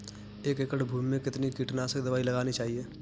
एक एकड़ भूमि में कितनी कीटनाशक दबाई लगानी चाहिए?